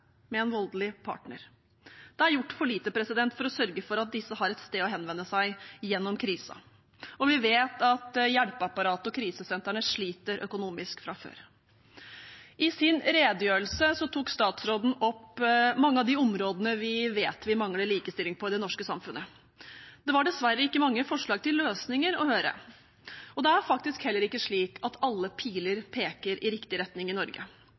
med en voldelig partner. Det er gjort for lite for å sørge for at disse har et sted å henvende seg gjennom krisen, og vi vet at hjelpeapparatet og krisesentrene sliter økonomisk fra før. I sin redegjørelse tok statsråden opp mange av de områdene der vi vet at vi mangler likestilling i det norske samfunnet. Det var dessverre ikke mange forslag til løsninger å høre, og det er faktisk heller ikke slik at alle piler peker i riktig retning i Norge.